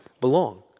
belong